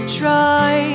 try